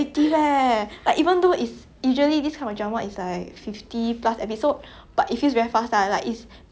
very easy very easy to binge you know